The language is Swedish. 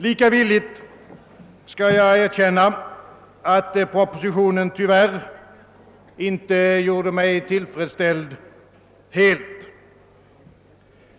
Lika villigt skall jag erkänna att propositionen tyvärr inte gjorde mig helt tillfredsställd.